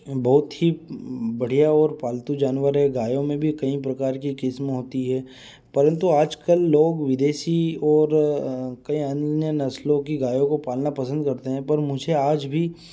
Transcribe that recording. बहुत ही बढ़िया और पालतू जानवर है गायों में भी कई प्रकार की किस्म होती हैं परन्तु आजकल लोग विदेशी और कईं अन्य नस्लों की गायों को पालना पसंद करते हैं पर मुझे आज भी